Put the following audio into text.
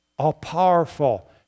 all-powerful